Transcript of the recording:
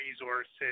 resources